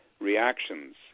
reactions